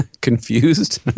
Confused